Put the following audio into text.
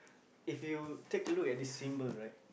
if you take a look at this symbol right